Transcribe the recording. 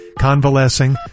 convalescing